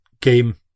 game